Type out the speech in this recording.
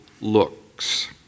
looks